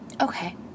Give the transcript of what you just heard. okay